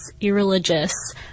irreligious